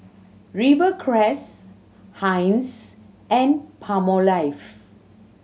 Rivercrest Heinz and Palmolive